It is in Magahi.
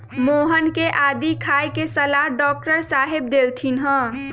मोहन के आदी खाए के सलाह डॉक्टर साहेब देलथिन ह